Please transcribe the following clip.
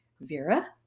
Vera